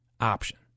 option